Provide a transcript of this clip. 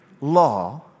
law